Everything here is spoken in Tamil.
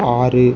ஆறு